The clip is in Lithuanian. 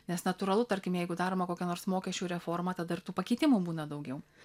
nes natūralu tarkim jeigu daroma kokia nors mokesčių reforma tada ir tų pakeitimų būna daugiau